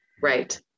Right